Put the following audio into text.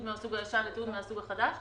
מן הסוג הישן או תיעוד מן הסוג החדש,